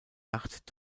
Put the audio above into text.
nacht